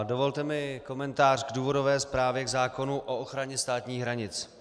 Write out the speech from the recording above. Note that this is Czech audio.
Dovolte mi komentář k důvodové zprávě k zákonu o ochraně státních hranic.